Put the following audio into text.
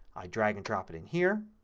i drag and drop it in here.